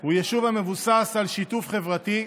הוא יישוב המבוסס על שיתוף חברתי,